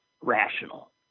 rational